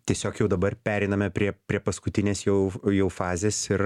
tiesiog jau dabar pereiname prie prie paskutinės jau jau fazės ir